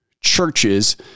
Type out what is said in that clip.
churches